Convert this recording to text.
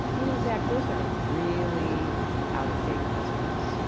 you know zach, those are really out of date questions.